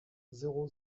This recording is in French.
zéro